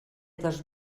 dos